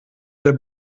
der